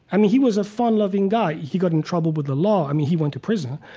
i mean, he was a fun-loving guy. he got in trouble with the law. i mean, he went to prison.